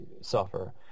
suffer